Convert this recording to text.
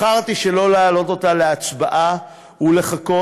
בחרתי שלא להעלות אותה להצבעה ולחכות,